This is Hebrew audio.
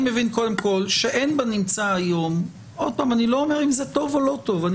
אני לא מכיר את כל הנהלים של משטרת ישראל אבל